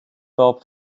bulb